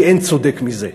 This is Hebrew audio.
כי אין צודק מזה.